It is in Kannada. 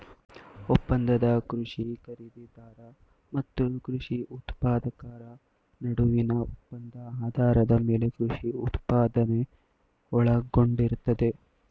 ಒಪ್ಪಂದದ ಕೃಷಿ ಖರೀದಿದಾರ ಮತ್ತು ಕೃಷಿ ಉತ್ಪಾದಕರ ನಡುವಿನ ಒಪ್ಪಂದ ಆಧಾರದ ಮೇಲೆ ಕೃಷಿ ಉತ್ಪಾದನೆ ಒಳಗೊಂಡಿರ್ತದೆ